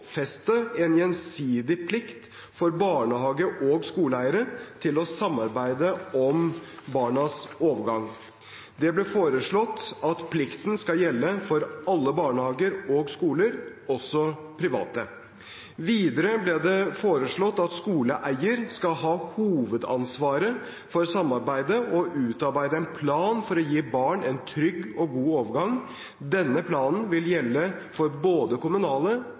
en gjensidig plikt for barnehage- og skoleeiere til å samarbeide om barnas overgang. Det ble foreslått at plikten skal gjelde for alle barnehager og skoler, også private. Videre ble det foreslått at skoleeier skal ha hovedansvaret for samarbeidet og utarbeide en plan for å gi barn en trygg og god overgang. Denne planen vil gjelde for både kommunale